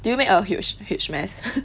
do you make a huge huge mess